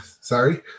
sorry